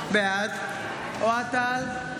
בעד אוהד טל,